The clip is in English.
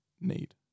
need